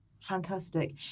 Fantastic